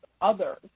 others